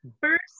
First